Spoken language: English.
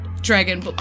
Dragon